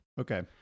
Okay